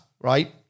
right